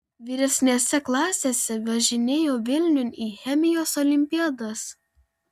vyresnėse klasėse važinėjau vilniun į chemijos olimpiadas